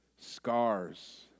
scars